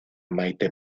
maite